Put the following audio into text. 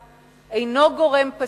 אינו גורם פסיבי,